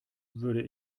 würde